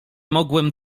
mogłem